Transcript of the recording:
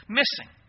missing